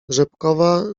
rzepkowa